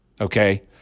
okay